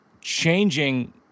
changing